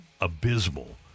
abysmal